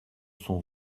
son